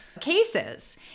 cases